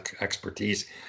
expertise